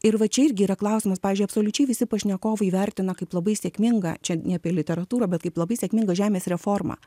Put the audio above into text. ir va čia irgi yra klausimas pavyzdžiui absoliučiai visi pašnekovai vertina kaip labai sėkmingą čia ne apie literatūrą bet kaip labai sėkmingą žemės reformą